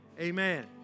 amen